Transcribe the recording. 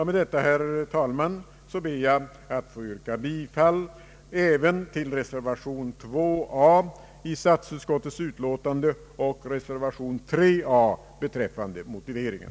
Med det anförda, herr talman, kommer jag att yrka bifall även till reservation 2 a vid statsutskottets utlåtande nr 132 och reservation 3 a beträffande motiveringen.